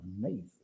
amazing